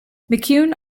mccune